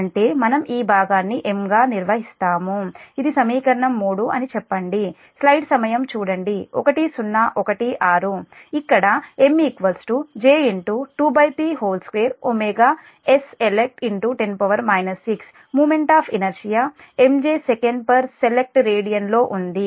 అంటే మనం ఈ భాగాన్ని M గా నిర్వహిస్తాము ఇది సమీకరణం 3 అని చెప్పండి ఇక్కడ M J 2s elect10 6 moment of inertia MJ secselect radian లోఉంది